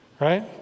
right